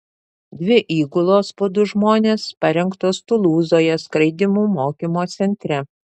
dvi įgulos po du žmones parengtos tulūzoje skraidymų mokymo centre